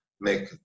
make